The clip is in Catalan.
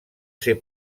ser